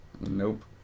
Nope